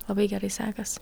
labai gerai sekas